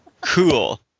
Cool